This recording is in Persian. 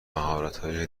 مهارتهایی